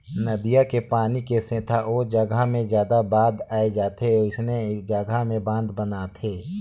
नदिया के पानी के सेथा ओ जघा मे जादा बाद आए जाथे वोइसने जघा में बांध बनाथे